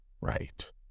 right